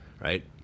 right